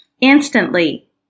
Instantly